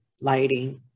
lighting